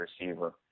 receiver